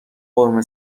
قرمه